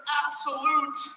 absolute